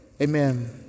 amen